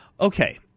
Okay